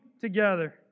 together